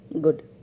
good